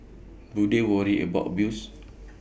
do they worry about abuse